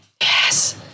Yes